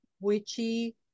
witchy